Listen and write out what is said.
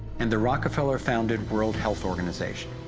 and the rockefeller founded world health organization.